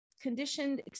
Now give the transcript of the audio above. conditioned